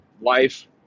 life